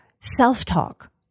self-talk